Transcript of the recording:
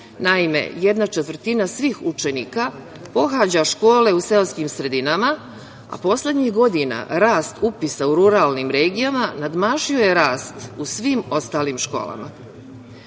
pandemije. Jedna četvrtina svih učenika pohađa škole u seoskim sredinama, a poslednjih godina rast upisa u ruralnim regijama nadmašio je rast u svim ostalim školama. Bez